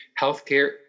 Healthcare